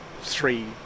three